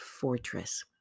fortress